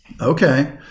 okay